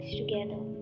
together